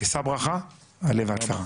שא ברכה, עלה והצלח.